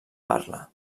parla